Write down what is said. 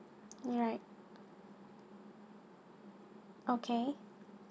you're right okay